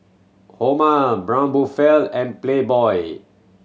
Hormel Braun Buffel and Playboy